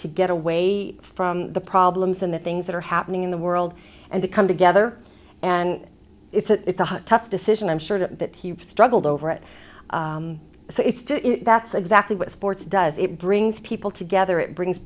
to get away from the problems and the things that are happening in the world and to come together and it's a tough decision i'm sure that he struggled over it so it's just that's exactly what sports does it brings people together it brings